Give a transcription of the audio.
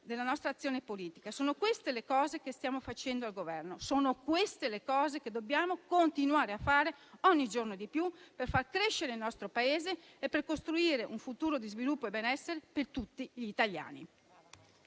della nostra azione politica; sono queste le cose che stiamo facendo al Governo e che dobbiamo continuare a fare ogni giorno di più per far crescere il nostro Paese e per costruire un futuro di sviluppo e benessere per tutti gli italiani.